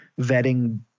vetting